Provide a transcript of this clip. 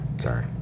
sorry